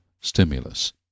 Stimulus